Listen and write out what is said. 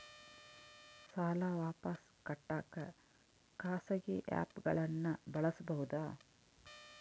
ಸಾಲ ವಾಪಸ್ ಕಟ್ಟಕ ಖಾಸಗಿ ಆ್ಯಪ್ ಗಳನ್ನ ಬಳಸಬಹದಾ?